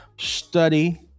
study